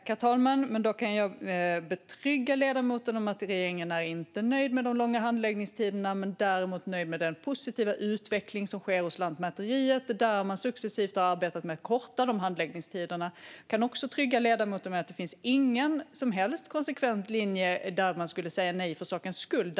Herr talman! Då kan jag lugna ledamoten med att regeringen inte är nöjd med de långa handläggningstiderna men däremot med den positiva utveckling som sker hos Lantmäteriet, där man successivt har arbetat med att korta handläggningstiderna. Jag kan också lugna ledamoten med att det inte finns någon som helst konsekvent linje där vi skulle säga nej för sakens skull.